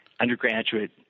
undergraduate